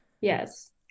Yes